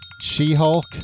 She-Hulk